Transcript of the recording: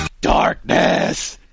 DARKNESS